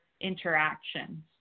interactions